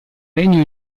regno